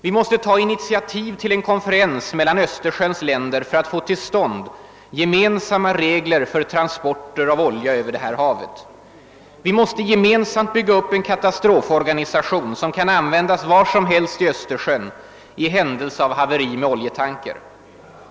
Vi måste ta initiativ till en konferens mellan Östersjöns länder för att få till stånd gemensamma regler för transporter av olja över Östersjön. Vi måste bygga upp en internationell katastroforganisation som kan användas var som helst i Östersjön i händelse av haveri med en oljetanker.